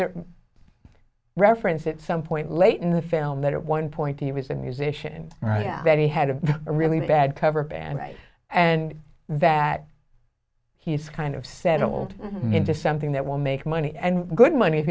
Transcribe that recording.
that reference at some point late in the film that one point he was a musician and right that he had a really bad cover band and that he was kind of sentiment into something that will make money and good money if